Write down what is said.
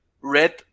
Red